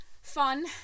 fun